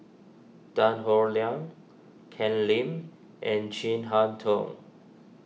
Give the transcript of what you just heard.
Tan Howe Liang Ken Lim and Chin Harn Tong